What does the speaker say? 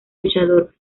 luchador